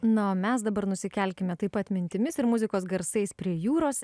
na o mes dabar nusikelkime taip pat mintimis ir muzikos garsais prie jūros